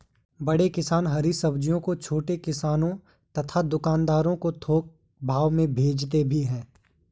बड़े किसान हरी सब्जियों को छोटे किसानों तथा दुकानदारों को थोक भाव में भेजते भी हैं